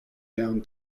down